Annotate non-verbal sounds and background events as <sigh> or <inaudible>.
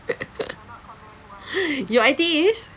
<laughs> your I_T_E is